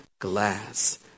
glass